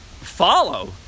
follow